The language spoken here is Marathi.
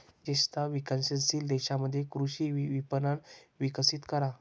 विशेषत विकसनशील देशांमध्ये कृषी विपणन विकसित करा